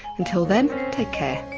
until then, take care